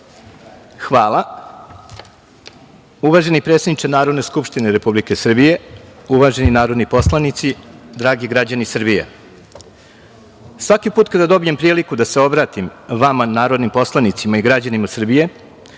Hvala. Uvaženi predsedniče Narodne skupštine Republike Srbije, uvaženi narodni poslanici, dragi građani Srbije, svaki put kada dobijem priliku da se obratim vama narodnim poslanicima i građanima Srbije